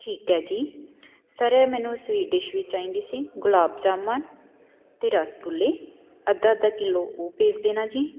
ਠੀਕ ਹੈ ਜੀ ਸਰ ਮੈਨੂੰ ਇਹ ਸਵੀਟ ਡਿਸ਼ ਵੀ ਚਾਹੀਦੀ ਸੀ ਗੁਲਾਬ ਜਾਮਨ ਅਤੇ ਰਸਗੁੱਲੇ ਅੱਧਾ ਅੱਧਾ ਕਿੱਲੋ ਉਹ ਭੇਜ ਦੇਣਾ ਜੀ